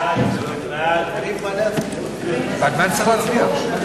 ההצעה להעביר את הצעת חוק זכות יוצרים (תיקון,